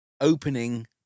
opening